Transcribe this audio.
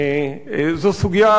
זו סוגיה,